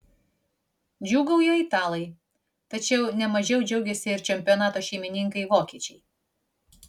džiūgauja italai tačiau ne mažiau džiaugiasi ir čempionato šeimininkai vokiečiai